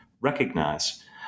recognize